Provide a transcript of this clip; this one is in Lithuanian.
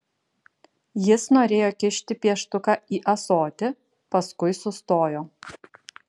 jis norėjo kišti pieštuką į ąsotį paskui sustojo